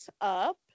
up